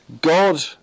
God